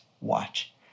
watch